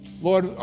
Lord